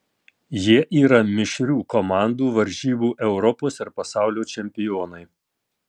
jie yra mišrių komandų varžybų europos ir pasaulio čempionai